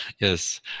yes